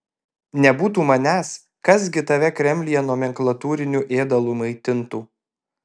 nebūtų manęs kas gi tave kremliuje nomenklatūriniu ėdalu maitintų